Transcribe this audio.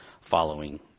following